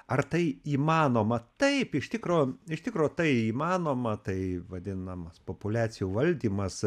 ar tai įmanoma taip iš tikro iš tikro tai įmanoma tai vadinamas populiacijų valdymas